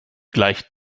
gleicht